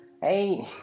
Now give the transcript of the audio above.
Hey